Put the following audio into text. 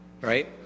Right